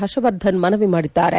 ಹರ್ಷವರ್ಧನ್ ಮನವಿ ಮಾಡಿದ್ದಾರೆ